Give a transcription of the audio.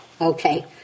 okay